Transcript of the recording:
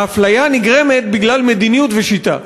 האפליה נגרמת בגלל מדיניות ושיטה.